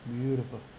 Beautiful